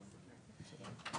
בסעיף 1,